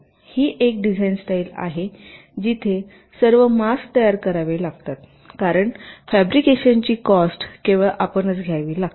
ही एक design style आहे जिथे सर्व मास्क तयार करावे लागतात कारण फॅब्रिकेशनची कॉस्ट केवळ आपणच घ्यावी लागते